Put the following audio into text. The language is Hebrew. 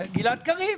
גלעד קריב.